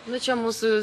nu čia mūsų